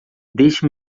deixe